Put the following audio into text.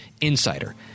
insider